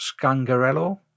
Scangarello